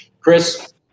Chris